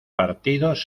partidos